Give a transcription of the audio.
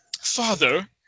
Father